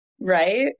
Right